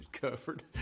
covered